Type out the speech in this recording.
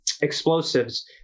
explosives